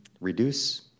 reduce